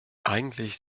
eigentlich